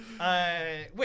Wait